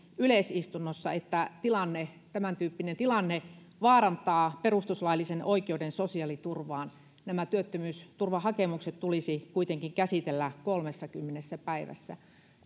yleisistunnossa että tämäntyyppinen tilanne vaarantaa perustuslaillisen oikeuden sosiaaliturvaan nämä työttömyysturvahakemukset tulisi kuitenkin käsitellä kolmessakymmenessä päivässä